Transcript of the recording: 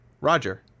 Roger